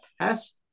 test